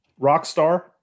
Rockstar